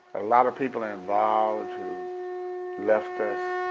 a lot of people involved who left us